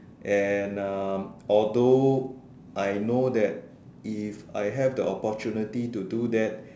and um although I know that if I have the opportunity to do that